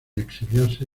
exiliarse